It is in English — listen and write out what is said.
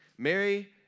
Mary